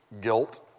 guilt